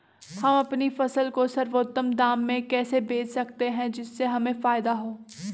हम अपनी फसल को सर्वोत्तम दाम में कैसे बेच सकते हैं जिससे हमें फायदा हो?